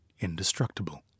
indestructible